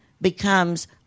becomes